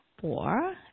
four